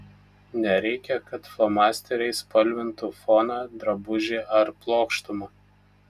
nereikia kad flomasteriais spalvintų foną drabužį ar plokštumą